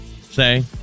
say